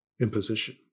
imposition